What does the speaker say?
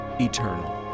eternal